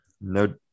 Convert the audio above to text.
No